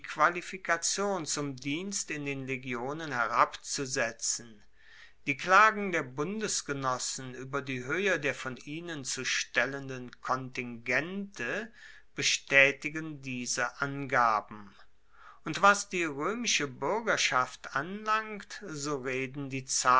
qualifikation zum dienst in den legionen herabzusetzen die klagen der bundesgenossen ueber die hoehe der von ihnen zu stellenden kontingente bestaetigen diese angaben und was die roemische buergerschaft anlangt so reden die